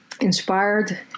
inspired